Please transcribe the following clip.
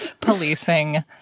policing